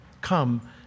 Come